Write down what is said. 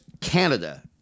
Canada